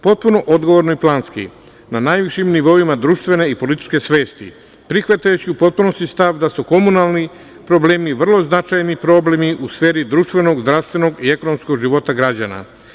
Potpuno odgovorno i planski na najvišim nivoima društvene i političke svesti, prihvatajući u potpunosti stav da su komunalni problemi vrlo značajni problem i sferi društvenog, zdravstvenog i ekonomskog života građana.